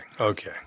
Okay